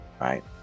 right